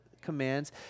commands